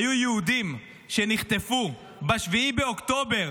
היו יהודים שנחטפו ב-7 באוקטובר